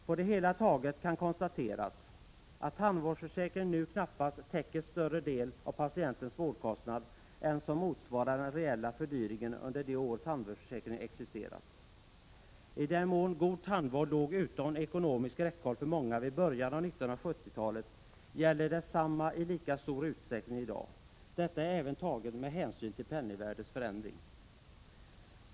På det hela taget kan konstateras att tandvårdsförsäkringen nu knappast täcker större del av patientens vårdkostnad än som motsvarar den reella fördyringen under de år tandvårdsförsäkringen existerat. I den mån god tandvård låg utom ekonomiskt räckhåll för många vid början av 1970-talet gäller detsamma i lika stor utsträckning i dag, detta även med hänsyn tagen till penningvärdets förändring.